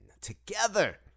Together